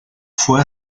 fue